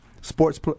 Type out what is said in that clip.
sports